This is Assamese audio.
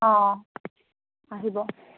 অঁ আহিব